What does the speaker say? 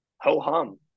ho-hum